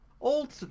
Old